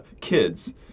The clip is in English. Kids